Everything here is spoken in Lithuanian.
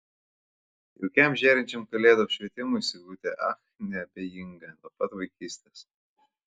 jaukiam žėrinčiam kalėdų apšvietimui sigutė ach neabejinga nuo pat vaikystės